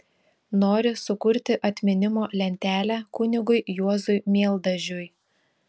nori sukurti atminimo lentelę kunigui juozui mieldažiui